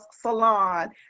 Salon